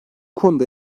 konuda